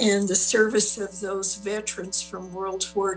in the service of those veterans from world war